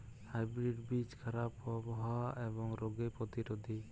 hybrid বীজ খারাপ আবহাওয়া এবং রোগে প্রতিরোধী